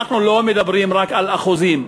אנחנו לא מדברים רק על אחוזים,